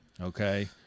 Okay